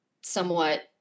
somewhat